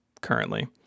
currently